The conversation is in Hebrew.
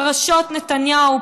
פרשות נתניהו,